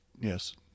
yes